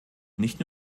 nicht